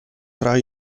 tra